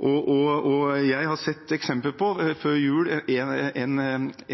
Jeg har sett eksempler. Før jul gikk det